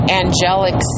angelic